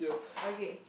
okay